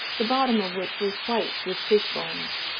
the bottom of which was white with fish-bones.